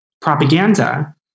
propaganda